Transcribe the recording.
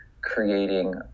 creating